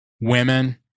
women